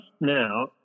now